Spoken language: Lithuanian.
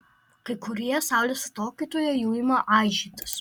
kai kurie saulės atokaitoje jau ima aižytis